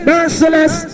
Merciless